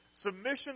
Submission